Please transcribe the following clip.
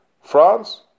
France